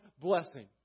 blessing